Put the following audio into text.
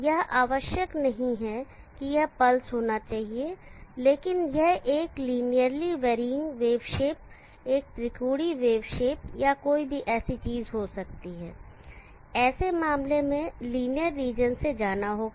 यह आवश्यक नहीं है कि यह पल्स होना चाहिए लेकिन यह एक लीनियरली वेरीयंग वेव शेप एक त्रिकोणीय वेव शेपया ऐसी कोई भी चीज हो सकती है ऐसे मामलों में लीनियर रीजन से जाना होगा